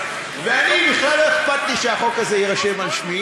ואני, בכלל לא אכפת לי שהחוק הזה יירשם על שמי.